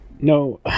no